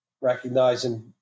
recognizing